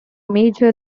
major